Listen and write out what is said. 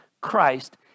Christ